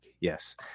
Yes